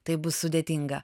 taip bus sudėtinga